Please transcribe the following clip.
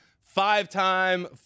five-time